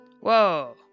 Whoa